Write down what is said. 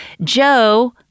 Joe